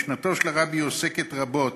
משנתו של הרבי עוסקת רבות